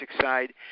side